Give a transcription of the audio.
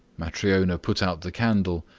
matryona put out the candle,